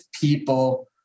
people